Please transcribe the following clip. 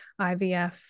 IVF